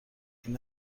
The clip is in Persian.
این